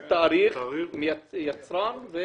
תאריך ושם היצרן.